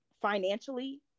financially